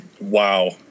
Wow